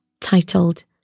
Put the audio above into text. titled